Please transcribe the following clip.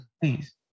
Please